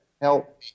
help